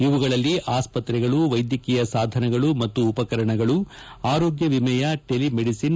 ಇವುಗಳಲ್ಲಿ ಆಸ್ತ್ರಗಳು ವೈದ್ಯಕೀಯ ಸಾಧನಗಳು ಮತ್ತು ಉಪಕರಣಗಳು ಆರೋಗ್ಯ ವಿಮೆಯ ಟೆಲಿ ಮೆಡಿಸಿನ್